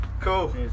Cool